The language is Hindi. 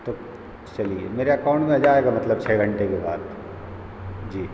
तो चलिए मेरे अकाउंट में आ जाएगा मतलब छः घंटे के बाद जी